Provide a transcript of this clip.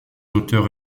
auteurs